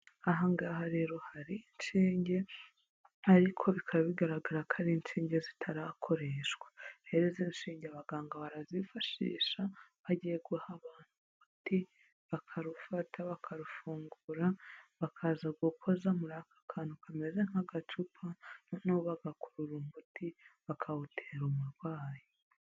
Aha ngaha rero hari inshinge ariko bikaba bigaragara ko ari insinge zitarakoreshwa, rero izi nshinge abaganga barazifashisha bagiye guha abantu umuti, bakarufata bakarufungura bakaza gukoza muri aka kantu kameze nk'agacupa noneho bagakurura umuti bakawutera umurwayi.